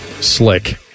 slick